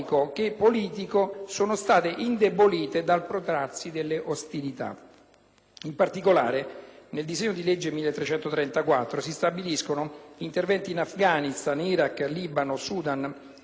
In particolare, nel disegno di legge n. 1334 si stabiliscono interventi in Afghanistan, Iraq, Libano, Sudan e Somalia, specifici per la ricostruzione e l'assistenza ai rifugiati.